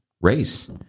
race